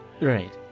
Right